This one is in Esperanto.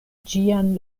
ĝian